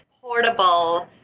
portable